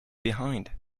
behind